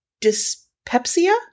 dyspepsia